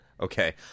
okay